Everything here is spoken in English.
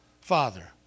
Father